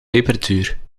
peperduur